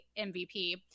MVP